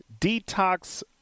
Detox